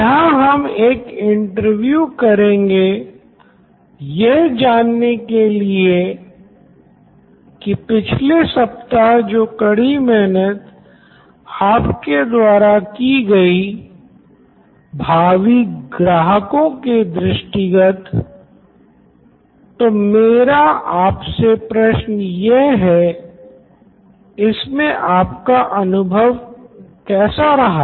यहां हम एक इंटरव्यू करेंगे यह जानने के लिए कि पिछले सप्ताह जो कड़ी मेहनत आपके द्वारा की गई भावी ग्राहकों के दृष्टि गत तो मेरा आपसे प्रश्न यह है इसमें आपका अनुभव कैसा रहा